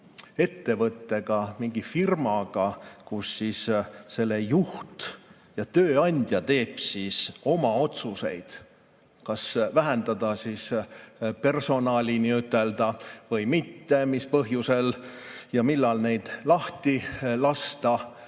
ettevõttega, mingi firmaga, kus siis selle juht, tööandja teeb oma otsuseid, kas vähendada personali või mitte, mis põhjusel ja millal neid lahti lasta.